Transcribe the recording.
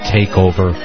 Takeover